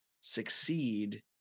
succeed